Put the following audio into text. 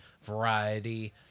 variety